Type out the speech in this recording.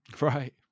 Right